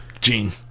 Gene